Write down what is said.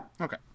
Okay